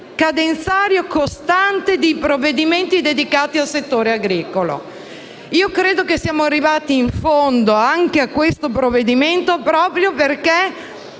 cadenzario costante di provvedimenti dedicati al settore agricolo. Credo che siamo arrivati in fondo anche a questo provvedimento proprio perché